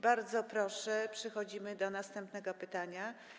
Bardzo proszę, przechodzimy do następnego pytania.